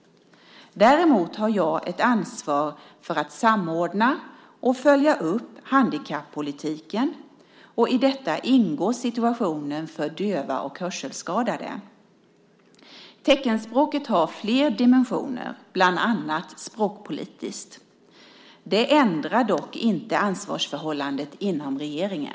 Däremot har jag ett ansvar för att samordna och följa upp handikappolitiken, och i detta ingår situationen för döva och hörselskadade. Teckenspråket har flera dimensioner, bland annat språkpolitiskt. Det ändrar dock inte ansvarsförhållandet inom regeringen.